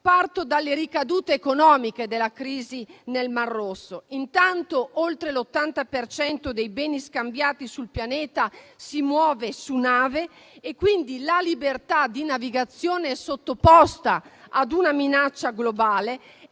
Parto dalle ricadute economiche della crisi nel Mar Rosso. Intanto, oltre l'80 per cento dei beni scambiati sul pianeta si muove su nave, quindi la libertà di navigazione è sottoposta ad una minaccia globale.